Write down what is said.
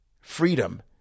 freedom